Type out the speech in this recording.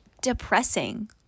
depressing